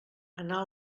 anar